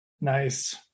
Nice